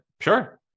sure